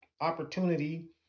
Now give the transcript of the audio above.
opportunity